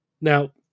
Now